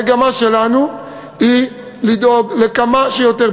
המגמה שלנו היא לדאוג לכמה שיותר,